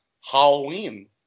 Halloween